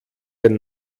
den